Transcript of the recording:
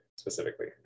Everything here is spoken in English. specifically